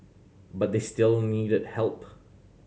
but they still needed help